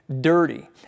dirty